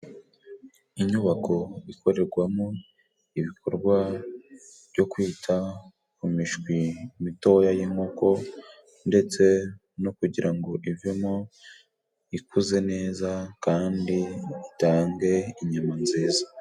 Inyubako ikorerwamo ibikorwa byo kwita ku mishwi mitoya y'inkoko, ndetse no kugira ivemo ikuze neza kandi itange inyama nziza.